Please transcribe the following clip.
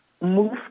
move